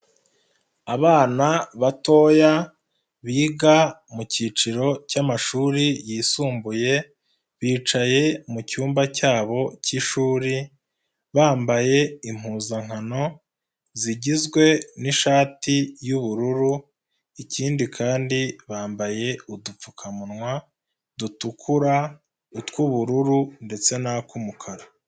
Abana batoya biga mu kiciro cy'amashuri yisumbuye, bicaye mu cyumba cyabo k'ishuri bambaye impuzankano zigizwe n'ishati y'ubururu, ikindi kandi bambaye udupfukamunwa dutukura, utw'ubururu ndetse n'ak'umukara.